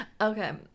okay